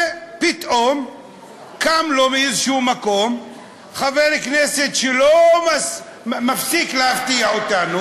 ופתאום קם לו מאיזה מקום חבר כנסת שלא מפסיק להפתיע אותנו,